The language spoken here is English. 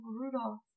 Rudolph